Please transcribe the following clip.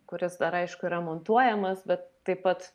kuris dar aišku yra montuojamas bet taip pat